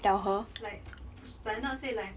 like 不 not say like